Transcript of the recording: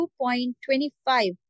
2.25